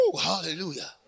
Hallelujah